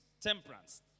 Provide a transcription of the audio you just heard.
temperance